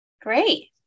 Great